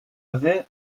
avaient